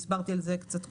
הסברתי על זה קצת קודם.